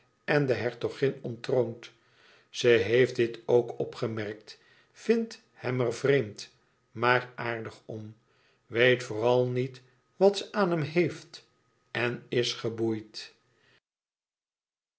en de hertogin onttroond ze heeft dit ook opgemerkt vindt hem er vreemd maar aardig om weet vooral niet wat ze aan hem heeft en is geboeid